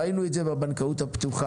ראינו את זה בבנקאות הפתוחה,